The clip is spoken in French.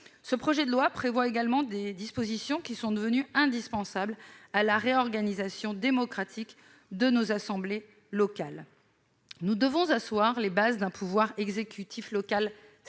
Ce projet de loi contient également des dispositions devenues indispensables à la réorganisation démocratique de nos assemblées locales. Nous devons asseoir les bases d'un pouvoir exécutif local